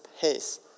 pace